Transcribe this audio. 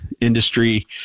industry